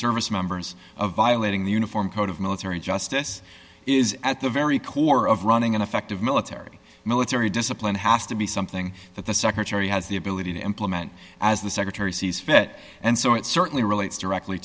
service members of violating the uniform code of military justice is at the very core of running an effective military military discipline has to be something that the secretary has the ability to implement as the secretary sees fit and so it certainly relates directly